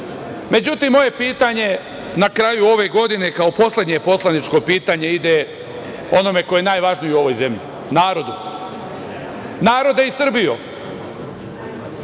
Međutim, moje pitanje na kraju ove godine kao poslednje poslaničko pitanje ide onome ko je najvažniji u ovoj zemlji – narodu. Narode i Srbijo,